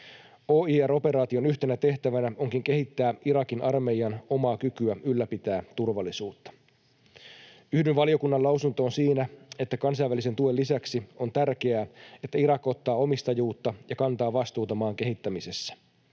OIR-operaation yhtenä tehtävänä onkin kehittää Irakin armeijan omaa kykyä ylläpitää turvallisuutta. Yhdyn valiokunnan lausuntoon siinä, että kansainvälisen tuen lisäksi on tärkeää, että Irak ottaa omistajuutta ja kantaa vastuuta maan kehittämisessä.